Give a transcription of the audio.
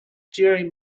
during